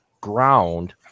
ground